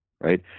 Right